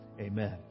Amen